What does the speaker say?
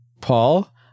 Paul